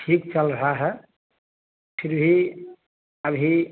ठीक चल रहा है फिर भी अभी